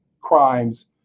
crimes